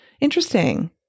Interesting